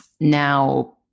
now